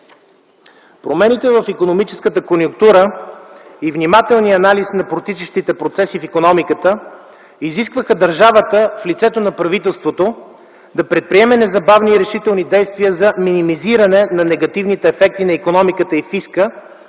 Промените в икономическата конюнктура и внимателния анализ на протичащите процеси в икономиката изискваха държавата в лицето на правителството да предприеме незабавни и решителни действия за минимизиране на негативните ефекти на икономиката и фиска